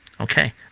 Okay